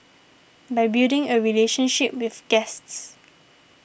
by building a relationship with guests